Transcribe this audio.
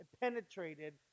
penetrated